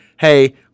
hey